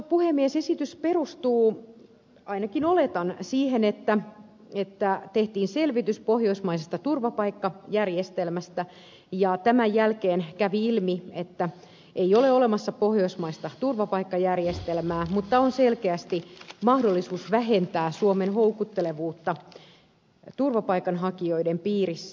esitys perustuu ainakin oletan siihen että tehtiin selvitys pohjoismaisesta turvapaikkajärjestelmästä ja tämän jälkeen kävi ilmi että ei ole olemassa pohjoismaista turvapaikkajärjestelmää mutta on selkeästi mahdollisuus vähentää suomen houkuttelevuutta turvapaikanhakijoiden piirissä